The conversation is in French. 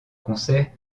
concerts